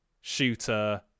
shooter